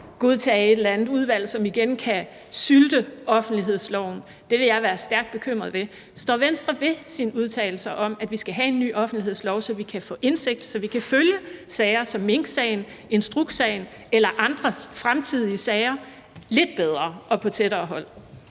nedsat et eller andet udvalg, som igen kan sylte offentlighedsloven? Det vil jeg være stærkt bekymret for. Står Venstre ved sine udtalelser om, at vi skal have en ny offentlighedslov, så vi kan få indsigt, og så vi kan følge sager som minksagen, instrukssagen eller andre fremtidige sager lidt bedre og på tættere hold?